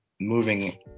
moving